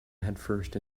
headfirst